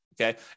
Okay